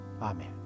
Amen